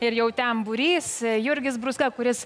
ir jau ten būrys jurgis brūzga kuris